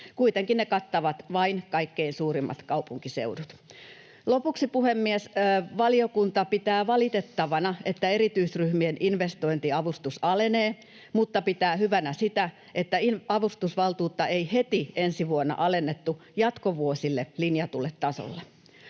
Kuitenkin ne kattavat vain kaikkein suurimmat kaupunkiseudut. Lopuksi, puhemies, valiokunta pitää valitettavana, että erityisryhmien investointiavustus alenee, mutta pitää hyvänä sitä, että avustusvaltuutta ei heti ensi vuonna alennettu jatkovuosille linjatulle tasolle.